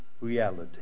reality